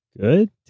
Good